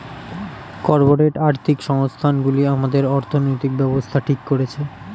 corporate আর্থিক সংস্থান গুলি আমাদের অর্থনৈতিক ব্যাবস্থা ঠিক করছে